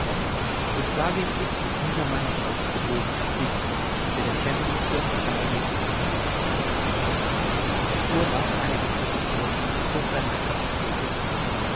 so schlage ich dich mit dieser meiner faust zu boden dich der der schändlichste aller lügner ist er fuhr rasch einige schritte zurück zog sein messer und drohte